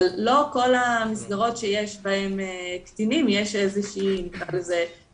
אבל לא בכל המסגרות שיש בהם קטינים יש איזושהי רגולציה,